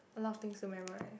a lot of things to memorise